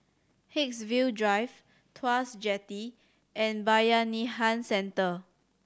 Haigsville Drive Tuas Jetty and Bayanihan Centre